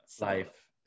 Life